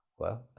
well,